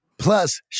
Plus